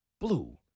blue